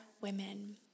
women